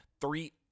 three